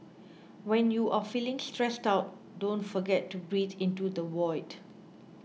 when you are feeling stressed out don't forget to breathe into the void